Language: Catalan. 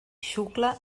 xucla